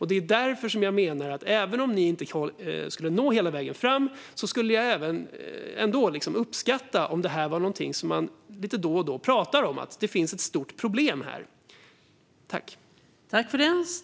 Det är därför jag menar att jag skulle uppskatta om detta var någonting man pratade om lite då och då - att det finns ett stort problem här - även om man inte når hela vägen fram.